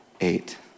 Eight